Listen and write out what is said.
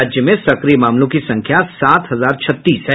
राज्य में सक्रिय मामलों की संख्या सात हजार छत्तीस है